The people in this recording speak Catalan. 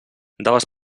dades